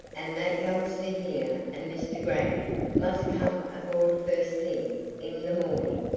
and that youngster here and mr grant must come aboard first thing in the morning.